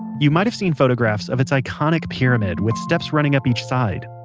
you might've seen photographs of its iconic pyramid with steps running up each side.